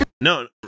No